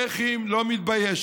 איך היא לא מתביישת?